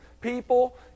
people